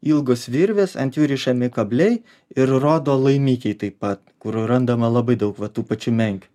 ilgos virvės ant jų rišami kabliai ir rodo laimikiai taip pat kur randama labai daug va tų pačių menkių